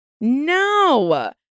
No